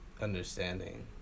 understanding